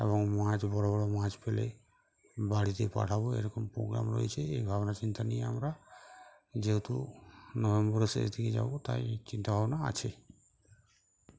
এবং মাছ বড়ো বড়ো মাছ পেলে বাড়িতে পাঠাবো এরকম প্রোগ্রাম রয়েছে এই ভাবনা চিন্তা নিয়ে আমরা যেহেতু নভেম্বরের শেষ দিকে যাবো তাই এই চিন্তাভাবনা আছে